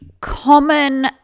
common